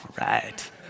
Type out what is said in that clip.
Right